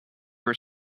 were